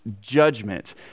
judgment